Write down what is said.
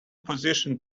position